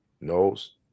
knows